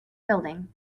building